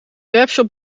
webshop